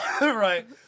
Right